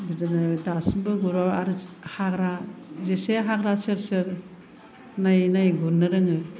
बिदिनो दासिमबो गुरो आरो हाग्रा जेसे हाग्रा सेर सेर नायै नायै गुरनो रोङो